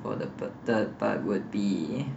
for the third part would be